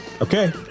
Okay